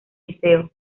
liceo